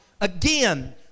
again